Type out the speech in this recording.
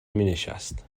مینشست